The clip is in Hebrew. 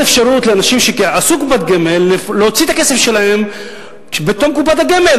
אפשרות לאנשים שעשו קופת גמל להוציא את הכסף שלהם בתום קופת הגמל,